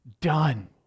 done